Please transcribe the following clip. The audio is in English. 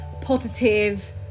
positive